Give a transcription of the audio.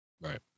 Right